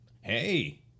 hey